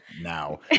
now